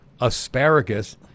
asparagus